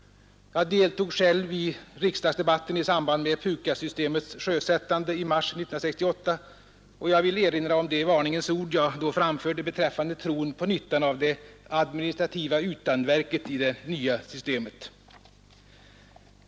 Jag deltog själv i riksdagsdebatten i samband med PUKAS-systemets sjösättande i mars 1969, och jag vill erinra om de varningens ord jag då framförde beträffande tron på nyttan av det administrativa utanverket i det nya systemet.